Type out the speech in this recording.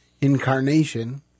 incarnation